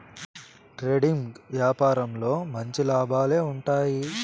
trading యాపారంలో మంచి లాభాలే ఉంటాయి